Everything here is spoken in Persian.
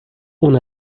اون